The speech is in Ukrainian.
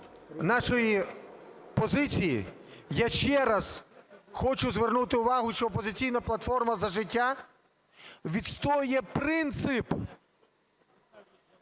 нашої позиції, я ще раз хочу звернути увагу, що "Опозиційна платформа - За життя" відстоює принцип